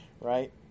right